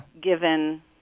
Given